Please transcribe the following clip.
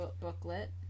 booklet